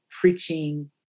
preaching